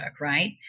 right